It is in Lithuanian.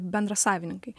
bendra savininkai